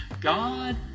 God